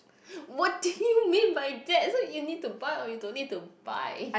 what do you mean by that so you need to buy or you don't need to buy